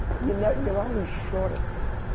you know, you're always short of data.